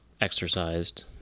exercised